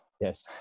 yes